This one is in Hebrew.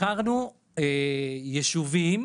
בחרנו יישובים